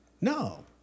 No